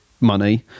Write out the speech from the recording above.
money